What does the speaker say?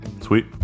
sweet